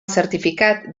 certificat